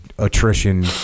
Attrition